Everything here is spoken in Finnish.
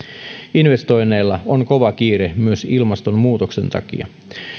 investoinneilla on kova kiire myös ilmastonmuutoksen takia